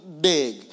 big